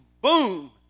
boom